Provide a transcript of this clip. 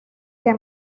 que